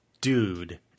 Dude